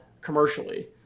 commercially